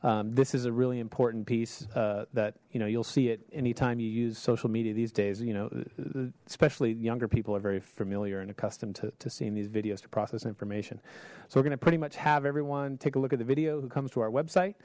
it this is a really important piece that you know you'll see it anytime you use social media these days you know especially younger people are very familiar and accustomed to seeing these videos to process information so we're gonna pretty much have everyone take a look at the video who comes to our website